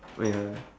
oh yeah